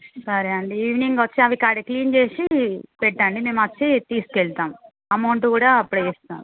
సరే అండి ఈవినింగ్ వచ్చి అవి కడి క్లీన్ చేసి పెట్టండి మేము వచ్చి తీసుకెళ్తాం అమౌంట్ కూడా అప్పుడే ఇస్తాము